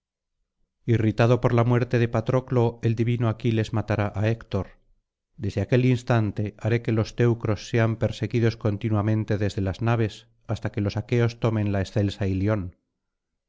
irritado por la muerte de patroclo el divino aquiles matará á héctor desde aquel instante haré que los teucros sean perseguidos continuamente desde las naves hasta que los aqueos tomen la excelsa ilion